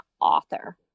Author